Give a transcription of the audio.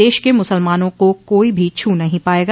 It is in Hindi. देश के मुसलमानों को कोई भी छू नहीं पायेगा